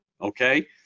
Okay